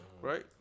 Right